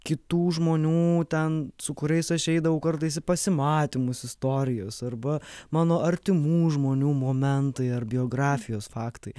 kitų žmonių ten su kuriais aš eidavau kartais į pasimatymus istorijos arba mano artimų žmonių momentai ar biografijos faktai